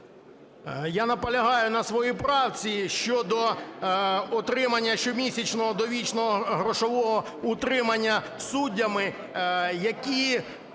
Я наполягаю на своїй правці щодо отримання щомісячного довічного грошового утримання суддями, які